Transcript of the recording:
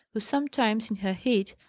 who sometimes, in her heat,